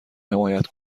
حمایت